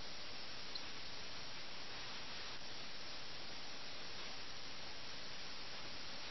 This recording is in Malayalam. ഗെയിമിനോടുള്ള ആസക്തി കാരണം ബുദ്ധിമുട്ടുകൾ അനുഭവിച്ചതായി നമുക്ക് കാണാൻ കഴിയും